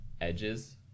edges